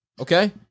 okay